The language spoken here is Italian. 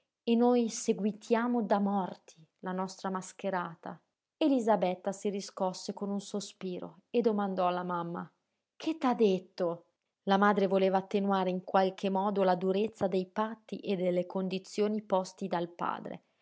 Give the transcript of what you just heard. e noi seguitiamo da morti la nostra mascherata elisabetta si riscosse con un sospiro e domandò alla mamma che t'ha detto la madre voleva attenuare in qualche modo la durezza dei patti e delle condizioni posti dal padre